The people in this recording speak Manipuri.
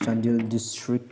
ꯆꯥꯟꯗꯦꯂ ꯗꯤꯁꯇ꯭ꯔꯤꯛ